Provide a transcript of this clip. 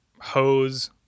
hose